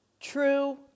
True